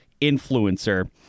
influencer